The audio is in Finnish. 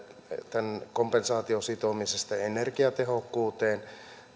tämän kompensaation sitomisesta energiatehokkuuteen